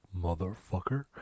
motherfucker